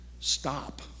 stop